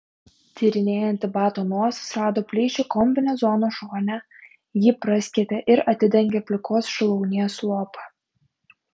tyrinėjanti bato nosis rado plyšį kombinezono šone jį praskėtė ir atidengė plikos šlaunies lopą